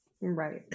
Right